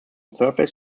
surface